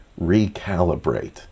recalibrate